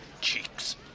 cheeks